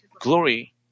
glory